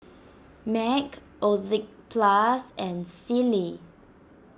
Mac Oxyplus and Sealy